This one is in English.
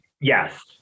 yes